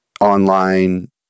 online